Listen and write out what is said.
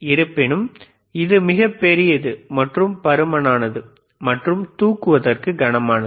இருப்பினும் இது இடது மிகப் பெரியது மற்றும் பருமனானது மற்றும் தூக்குவதற்கு கனமானது